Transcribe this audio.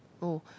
oh